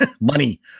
money